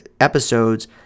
episodes